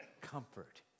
Comfort